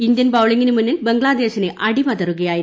Indian ബൌളിംഗിന് മുന്നിൽ ബംഗ്ലാദേശിന് അടിപതറുകയായിരുന്നു